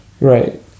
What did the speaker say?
Right